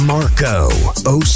Marco